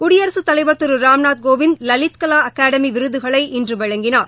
குடியரசுத் தலைவர் திரு ராம்நாத் கோவிந்த் லலித்கலா அகாடமி விருதுகளை இன்று வழங்கினார்